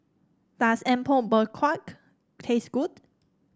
does Apom Berkuah taste good